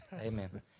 Amen